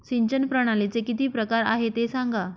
सिंचन प्रणालीचे किती प्रकार आहे ते सांगा